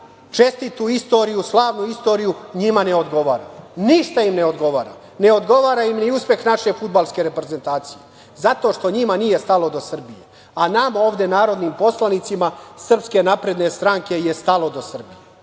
čestitu istoriju, slavnu istoriju, njima ne odgovara. Ništa im ne odgovara. Ne odgovara im ni uspeh naše fudbalske reprezentacije zato što njima nije stalo do Srbije, a nama ovde narodnim poslanicima SNS je stalo do Srbije.